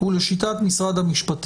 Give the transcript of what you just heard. הוא מה התשתית המשפטית לשיטת משרד המשפטים